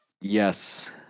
Yes